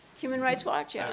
human rights watch? yeah